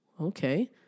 okay